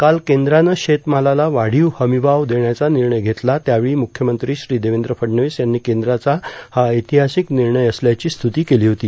काल केंद्रानं शेतमालाला वाढीव हमीभाव देण्याचा निर्णय घेतला त्यावेळी मुख्यमंत्री श्री देवेंद्र फडणवीस यांनी केंद्राचा हा ऐतिहासिक निर्णय असल्याची स्त्रती केली होती